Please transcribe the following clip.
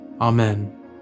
Amen